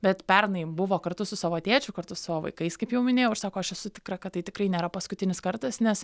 bet pernai buvo kartu su savo tėčiu kartu su savo vaikais kaip jau minėjau ir sako aš esu tikra kad tai tikrai nėra paskutinis kartas nes